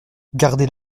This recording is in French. gardez